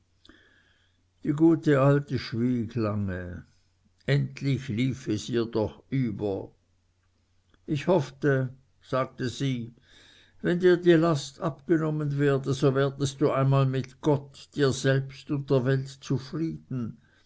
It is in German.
die gute alte schwieg lange endlich lief es ihr doch über ich hoffte sagte sie wenn dir die last abgenommen werde so werdest du einmal mit gott dir selbst und der welt zufrieden